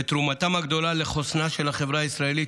ואת תרומתם הגדולה לחוסנה של החברה הישראלית